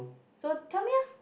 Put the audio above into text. so tell me lah